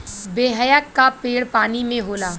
बेहया क पेड़ पानी में होला